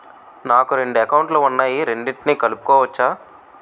నాకు రెండు అకౌంట్ లు ఉన్నాయి రెండిటినీ కలుపుకోవచ్చా?